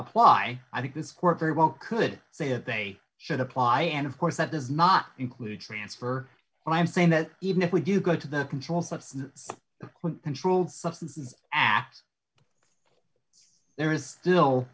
apply i think this court very well could say that they should apply and of course that does not include transfer and i'm saying that even if we do go to the controlled substance controlled substances act there is still